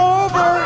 over